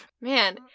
man